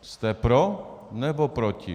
Jste pro, nebo proti?